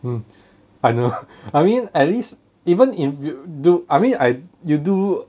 mm I know I mean at least even if you do I mean I you do